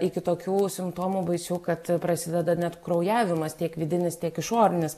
iki tokių simptomų baisių kad prasideda net kraujavimas tiek vidinis tiek išorinis